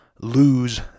lose